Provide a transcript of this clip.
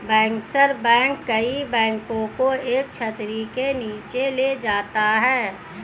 bankers bank कई बैंकों को एक छतरी के नीचे ले जाता है